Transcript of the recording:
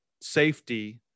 safety